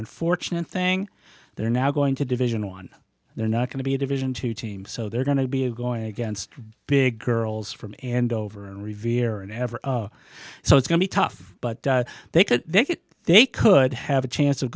unfortunate thing they're now going to division one they're not going to be a division two team so they're going to be going against big girls from and over and revere and ever so it's going to be tough but they could they could they could have a chance of